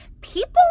People